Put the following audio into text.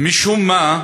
משום מה,